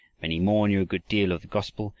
many more knew a good deal of the gospel,